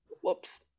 whoops